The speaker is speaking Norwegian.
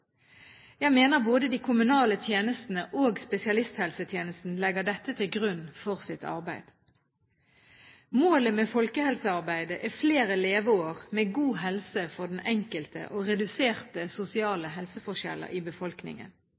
Jeg mener både de kommunale tjenestene og spesialisthelsetjenesten legger dette til grunn for sitt arbeid. Målet med folkehelsearbeidet er flere leveår med god helse for den enkelte og reduserte sosiale helseforskjeller i befolkningen.